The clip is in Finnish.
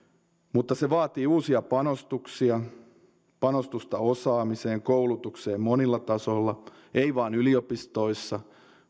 mutta se vaatii uusia panostuksia panostusta osaamiseen koulutukseen monilla tasoilla ei vain yliopistoissa